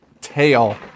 tail